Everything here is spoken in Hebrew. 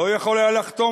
לא יכול היה לחתום,